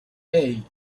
hey